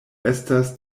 estas